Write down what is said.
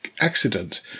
accident